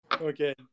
Okay